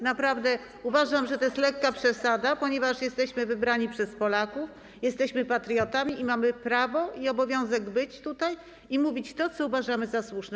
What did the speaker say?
Naprawdę uważam, że to lekka przesada, ponieważ jesteśmy wybrani przez Polaków, jesteśmy patriotami i mamy prawo i obowiązek być tutaj i mówić to, co uważamy za słuszne.